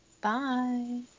Bye